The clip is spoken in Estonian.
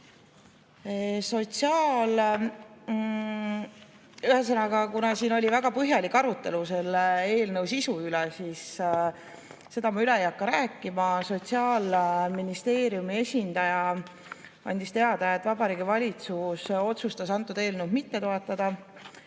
Sumil-Laanemaa. Kuna siin oli väga põhjalik arutelu selle eelnõu sisu üle, siis seda ma üle ei hakka rääkima. Sotsiaalministeeriumi esindaja andis teada, et Vabariigi Valitsus otsustas antud eelnõu mitte toetada.